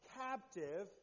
captive